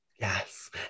Yes